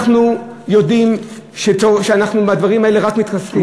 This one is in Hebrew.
אנחנו יודעים שאנחנו מהדברים האלה רק מתחזקים.